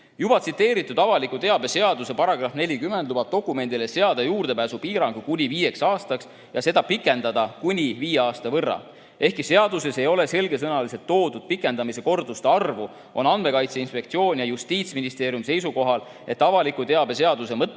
Juba tsiteeritud avaliku teabe seaduse § 40 lubab dokumendile seada juurdepääsupiirangu kuni viieks aastaks ja vajaduse korral pikendada seda kuni viie aasta võrra. Ehkki seaduses ei ole selgesõnaliselt välja toodud lubatud pikendamiskordade arvu, on Andmekaitse Inspektsioon ja Justiitsministeerium seisukohal, et avaliku teabe seaduse mõtte